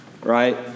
Right